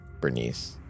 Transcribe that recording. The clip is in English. Bernice